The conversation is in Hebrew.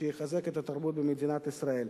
שיחזק את התרבות במדינת ישראל.